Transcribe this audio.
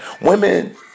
women